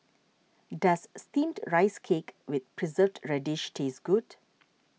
does Steamed Rice Cake with Preserved Radish taste good